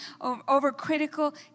overcritical